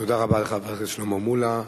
תודה רבה לחבר הכנסת שלמה מולה.